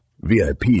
VIP